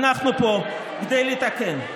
אנחנו פה כדי לתקן,